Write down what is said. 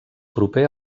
proper